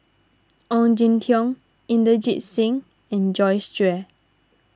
Ong Jin Teong Inderjit Singh and Joyce Jue